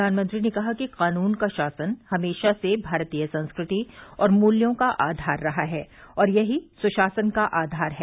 प्रधानमंत्री ने कहा कि कानून का शासन हमेशा से भारतीय संस्कृति और मूल्यों का आधार रहा है और यही सुशासन का आधार है